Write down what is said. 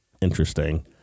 interesting